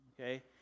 Okay